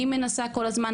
היא מנסה כל הזמן,